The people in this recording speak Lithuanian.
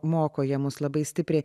moko jie mus labai stipriai